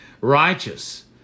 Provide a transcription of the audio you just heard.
righteous